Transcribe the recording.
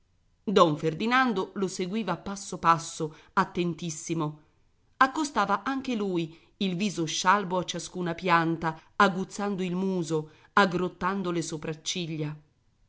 don ferdinando lo seguiva passo passo attentissimo accostava anche lui il viso scialbo a ciascuna pianta aguzzando il muso aggrottando le sopracciglia